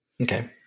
Okay